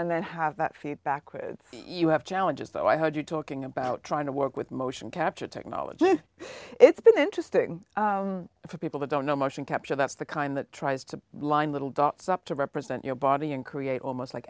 and then have that feedback quids you have challenges though i heard you talking about trying to work with motion capture technology it's been interesting for people to don't know motion capture that's the kind that tries to line little dots up to represent your body and create almost like